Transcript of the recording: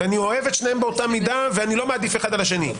ואני אוהב את שניהם באותה מידה ואני לא מעדיף אחד על השני,